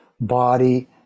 body